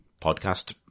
podcast